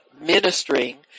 ministering